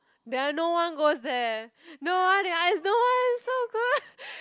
there are no one goes there no one eh I have no one is so good